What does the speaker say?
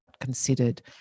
considered